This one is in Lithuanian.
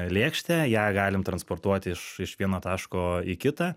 lėkštę ją galim transportuoti iš iš vieno taško į kitą